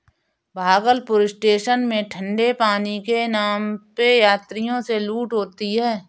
Bhagalpur station में ठंडे पानी के नाम पे यात्रियों से लूट होती है